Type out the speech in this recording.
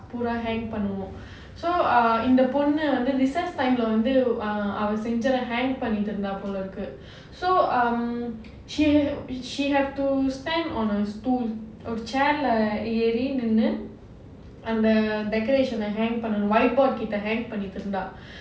பூரா:poora hang பண்ணுவோம்:pannuvom so ah இந்த பொண்ணு வந்து:intha ponnu vanthu recess time வந்து அவ செஞ்சத:vandhu ava senjudha hang பண்ணிட்டுருந்தா போல இருக்கு:panniturundhaa pola irukku so um she she have to stand on a stool chair lah ஏறி நின்னு:eri ninnu and the decoration hang from whiteboard கிட்ட:kitta hang பண்ணிட்டு இருந்த:pannittu irunda